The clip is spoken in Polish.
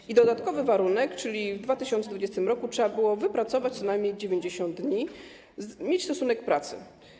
I dodatkowy warunek, czyli w 2020 r. trzeba było wypracować co najmniej 90 dni, mieć stosunek pracy.